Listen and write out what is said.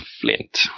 Flint